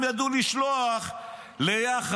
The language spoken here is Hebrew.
הם ידעו לשלוח ליאח"ה,